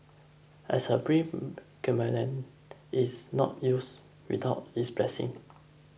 as a predicament it's not youth without its blessing